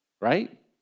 right